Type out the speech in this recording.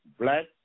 black